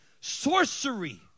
sorcery